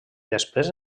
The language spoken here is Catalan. després